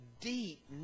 deep